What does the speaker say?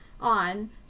on